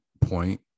point